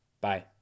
Bye